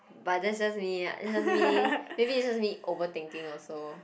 but that's just me just me maybe it's just me overthinking also